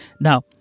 Now